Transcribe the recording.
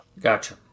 Gotcha